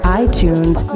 iTunes